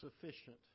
sufficient